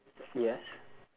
yes